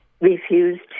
refused